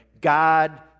God